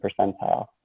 percentile